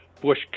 Bush